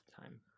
time